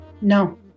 No